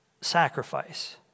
sacrifice